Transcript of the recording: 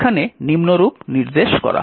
এখানে নিম্নরূপ নির্দেশ করা হয়